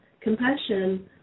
Compassion